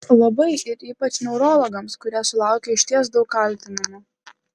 labai ir ypač neurologams kurie sulaukia išties daug kaltinimų